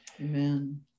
Amen